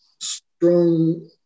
strong